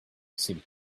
seemed